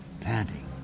panting